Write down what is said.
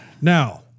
Now